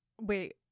Wait